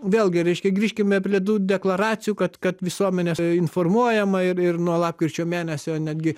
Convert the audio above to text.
vėlgi reiškia grįžkime prie tų deklaracijų kad kad visuomenės informuojama ir ir nuo lapkričio mėnesio netgi